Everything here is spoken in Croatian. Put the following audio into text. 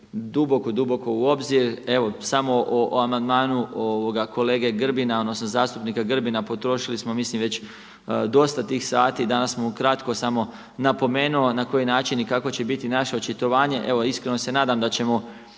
duboko, duboko u obzir. Evo samo o amandmanu kolege Grbina, odnosno zastupnika Grbina, potrošili smo mislim već dosta tih sati. Danas sam ukratko samo napomenuo na koji način i kako će biti naše očitovanje. Evo iskreno se nadam da ćemo